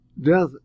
Death